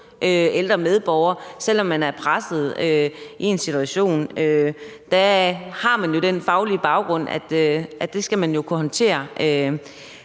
ældre medborgere, selv om man er presset i en situation. Der har man jo den faglige baggrund, at det skal man kunne håndtere.